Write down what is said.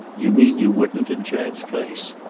you mean you wouldn't in chad's place?